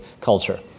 culture